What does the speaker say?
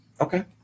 Okay